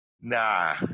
Nah